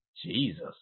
Jesus